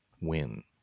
win